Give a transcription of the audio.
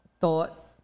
thoughts